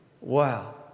Wow